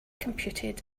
computed